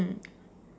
mm